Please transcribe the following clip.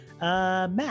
Matt